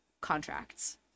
contracts